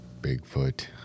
Bigfoot